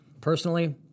Personally